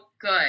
good